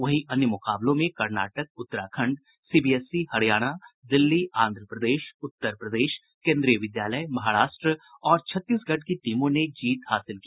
वहीं अन्य मुकाबलों में कर्नाटक उत्तराखण्ड सीबीएसई हरियाणा दिल्ली आंध्र प्रदेश उत्तर प्रदेश केंद्रीय विद्यालय महाराष्ट्र और छत्तीसगढ़ की टीमों ने जीत हासिल की